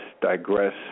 digress